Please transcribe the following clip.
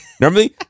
Normally